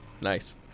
Nice